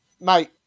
Mate